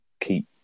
keep